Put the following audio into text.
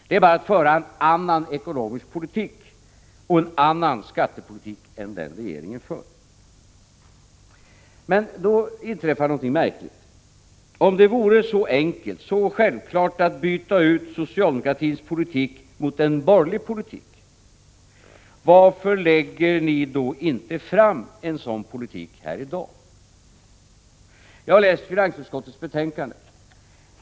Det är bara att föra en annan ekonomisk politik och en annan skattepolitik än den regeringen för, säger ni. Men då inträffar någonting märkligt. Om det vore så enkelt, så självklart att byta ut socialdemokratins politik mot en borgerlig politik, varför lägger ni då inte fram en sådan politik här i dag? Jag har läst finansutskottets betänkande.